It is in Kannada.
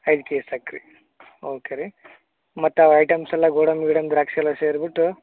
ಐದು ಕೆಜಿ ಸಕ್ರೆ ಓಕೆ ರೀ ಮತ್ತು ಅವು ಐಟಮ್ಸ್ ಎಲ್ಲ ಗೋಡಂಬಿ ಗೀಡಂಬಿ ದ್ರಾಕ್ಷಿ ಎಲ್ಲ ಸೇರಿಬಿಟ್ಟು